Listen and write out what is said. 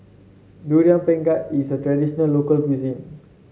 Durian Pengat is a traditional local cuisine